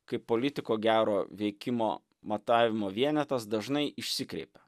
kaip politiko gero veikimo matavimo vienetas dažnai išsikreipia